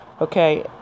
Okay